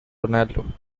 ronaldo